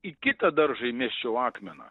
į kitą daržą įmesčiau akmeną